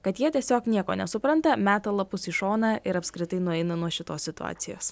kad jie tiesiog nieko nesupranta meta lapus į šoną ir apskritai nueina nuo šitos situacijos